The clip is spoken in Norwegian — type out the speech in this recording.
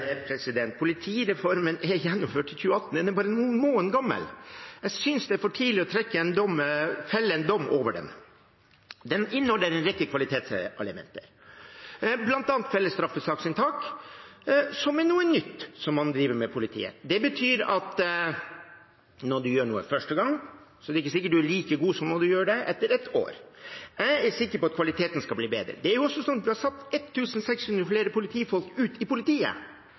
Politireformen ble gjennomført i 2018. Den er bare noen måneder gammel. Jeg synes det er for tidlig å felle en dom over den. Den inneholder en rekke kvalitetselementer, bl.a. felles straffesaksinntak, som er noe nytt man driver med i politiet. Det betyr at når man gjør noe første gang, er det ikke sikkert man er like god som når man gjør det etter et år. Jeg er sikker på at kvaliteten vil bli bedre. Det er også sånn at vi har satt 1 600 flere politifolk ut i politiet.